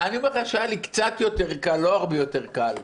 אני אומר שהיה לי קצת יותר קל, לא הרבה יותר קל,